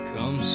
Come